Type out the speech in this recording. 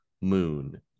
moon